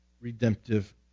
redemptive